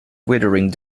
withering